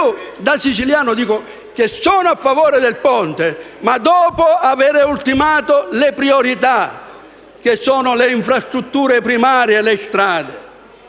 Io da siciliano sono a favore del ponte, ma dopo aver ultimato le priorità come le infrastrutture primarie, le strade